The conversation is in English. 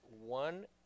one